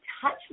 touch